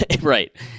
right